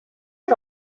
are